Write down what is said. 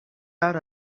out